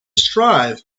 strive